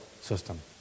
system